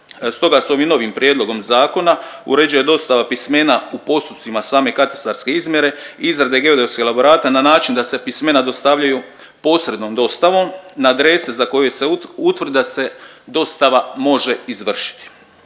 Stoga s ovim novim prijedlogom zakona uređuje dostava pismena u postupcima same katastarske izmjere, izrade geodetskog elaborata na način da se pismena dostavljaju posrednom dostavom na adrese za koje se utvrdi da se dostava može izvršiti.